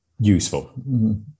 useful